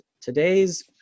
Today's